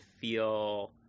feel